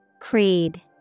Creed